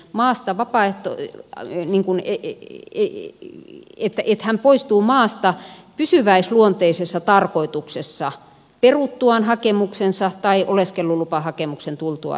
maasta vapaehto ei aiemmin kun etyk eli että henkilö poistuu maasta pysyväisluonteisessa tarkoituksessa peruttuaan hakemuksensa tai oleskelulupahakemuksen tultua hylätyksi